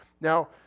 Now